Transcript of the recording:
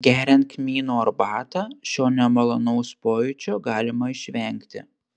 geriant kmynų arbatą šio nemalonaus pojūčio galima išvengti